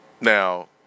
Now